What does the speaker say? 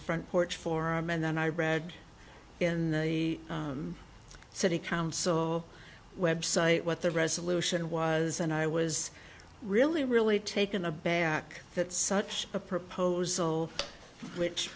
front porch forum and then i read in the city council website what the resolution was and i was really really taken aback that such a proposal which